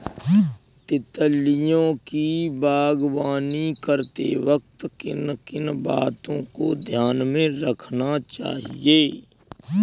तितलियों की बागवानी करते वक्त किन किन बातों को ध्यान में रखना चाहिए?